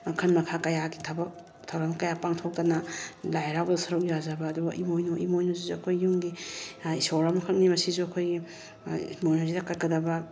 ꯃꯈꯜ ꯃꯈꯥ ꯀꯌꯥꯒꯤ ꯊꯕꯛ ꯊꯧꯔꯝ ꯀꯌꯥ ꯄꯥꯡꯊꯣꯛꯇꯅ ꯂꯥꯏ ꯍꯥꯔꯥꯎꯕꯗ ꯁꯔꯨꯛ ꯌꯥꯖꯕ ꯑꯗꯨꯒ ꯏꯃꯣꯏꯅꯨ ꯏꯃꯣꯏꯅꯨꯁꯤꯁꯨ ꯑꯩꯈꯣꯏ ꯌꯨꯝꯒꯤ ꯏꯁꯣꯔ ꯑꯃꯈꯛꯅꯤ ꯃꯁꯤꯁꯨ ꯑꯩꯈꯣꯏꯒꯤ ꯏꯃꯣꯏꯅꯨꯁꯤꯗ ꯀꯠꯀꯗꯕ